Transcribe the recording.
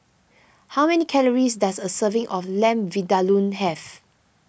how many calories does a serving of Lamb Vindaloo have